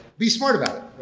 be smart about